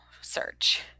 search